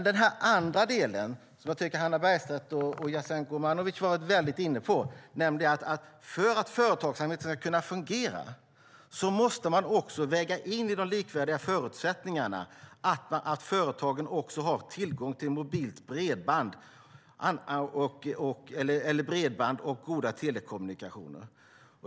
Den andra delen, som Hannah Bergstedt och Jasenko Omanovic har varit inne på, är att för att företagsamheten ska kunna fungera måste man också väga in i de likvärdiga förutsättningarna för företagen att ha tillgång till mobilt bredband och goda telekommunikationer.